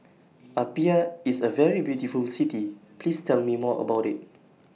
Apia IS A very beautiful City Please Tell Me More about IT